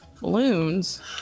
Balloons